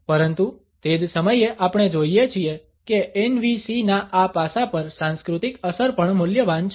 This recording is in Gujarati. પરંતુ તે જ સમયે આપણે જોઈએ છીએ કે NVC ના આ પાસા પર સાંસ્કૃતિક અસર પણ મૂલ્યવાન છે